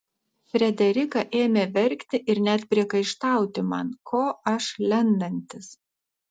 frederika ėmė verkti ir net priekaištauti man ko aš lendantis